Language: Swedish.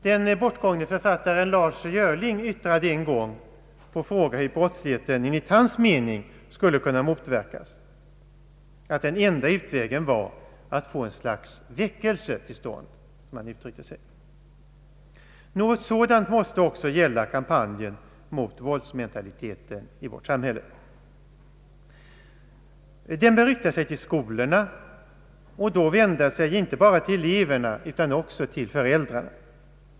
Den bortgångne författaren Lars Görling yttrade en gång på fråga hur brottslighet enligt hans mening skulle kunna motverkas att den enda utvägen var att få en slags väckelse till stånd. Något sådant måste gälla kampanjen mot våldsmentaliteten i vårt samhälle. Den bör rikta sig till skolorna och då vända sig inte bara till eleverna utan också till föräldrarna.